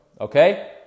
Okay